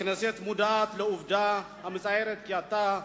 הכנסת מודעת לעובדה המצערת כי אתה,